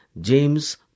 James